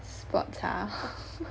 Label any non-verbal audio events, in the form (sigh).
sports ah (laughs)